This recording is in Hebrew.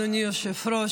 אדוני היושב-ראש,